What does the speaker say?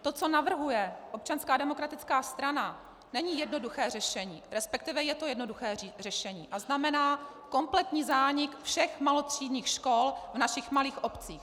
To, co navrhuje Občanská demokratická strana, není jednoduché řešení, resp. je to jednoduché řešení a znamená kompletní zánik všech malotřídních škol v našich malých obcích.